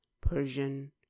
Persian